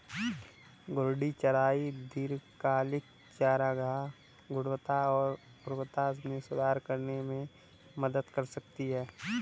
घूर्णी चराई दीर्घकालिक चारागाह गुणवत्ता और उर्वरता में सुधार करने में मदद कर सकती है